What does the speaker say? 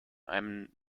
einen